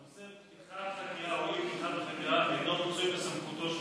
נושא פתיחה בחקירה או אי-פתיחה בחקירה אינו מצוי בסמכותו של